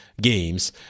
games